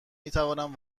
میتوانم